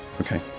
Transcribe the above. Okay